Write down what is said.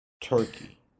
turkey